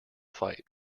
fight